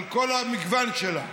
על כל המגוון שלה,